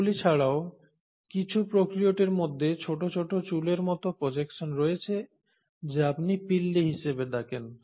এগুলি ছাড়াও কিছু প্রোক্যারিওটের মধ্যে ছোট ছোট চুলের মত প্রজেকশন রয়েছে যা আপনি পিল্লি হিসাবে ডাকেন